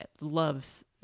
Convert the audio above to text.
loves